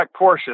Porsche